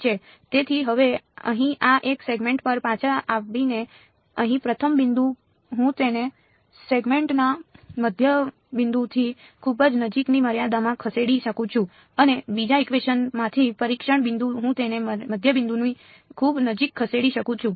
તેથી હવે અહીં આ એક સેગમેન્ટ પર પાછા આવીને અહીં પ્રથમ બિંદુ હું તેને સેગમેન્ટના મધ્યબિંદુની ખૂબ જ નજીકની મર્યાદામાં ખસેડી શકું છું અને બીજા ઇકવેશન માંથી પરીક્ષણ બિંદુ હું તેને મધ્યબિંદુની ખૂબ નજીક ખસેડી શકું છું